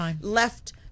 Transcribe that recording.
left